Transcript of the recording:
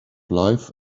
life